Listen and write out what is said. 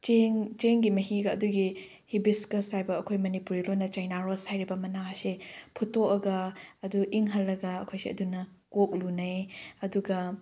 ꯆꯦꯡꯒꯤ ꯃꯍꯤꯒ ꯑꯗꯨꯒꯤ ꯍꯤꯕꯤꯁꯀꯁ ꯍꯥꯏꯕ ꯑꯩꯈꯣꯏ ꯃꯅꯤꯄꯨꯔꯤ ꯂꯣꯟꯅ ꯆꯩꯅꯥ ꯔꯣꯁ ꯍꯥꯏꯔꯤꯕ ꯃꯅꯥ ꯑꯁꯦ ꯐꯨꯠꯇꯣꯛꯑꯒ ꯑꯗꯨ ꯏꯪꯍꯜꯂꯒ ꯑꯩꯈꯣꯏꯁꯦ ꯑꯗꯨꯅ ꯀꯣꯛ ꯂꯨꯅꯩ ꯑꯗꯨꯒ